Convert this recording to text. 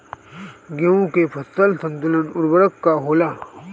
गेहूं के फसल संतुलित उर्वरक का होला?